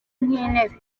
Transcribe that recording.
nk’intebe